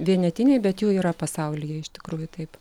vienetiniai bet jų yra pasaulyje iš tikrųjų taip